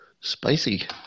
spicy